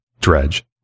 Dredge